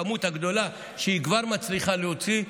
מהכמות הגדולה שהיא כבר מצליחה להוציא,